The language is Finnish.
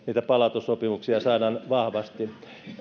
palautussopimuksia saadaan vahvasti